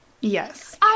Yes